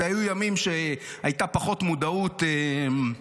אלה היו ימים שהייתה פחות מודעות לאפליה,